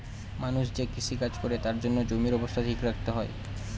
মানুষ যে কৃষি কাজ করে তার জন্য জমির অবস্থা ঠিক রাখতে হয়